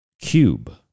cube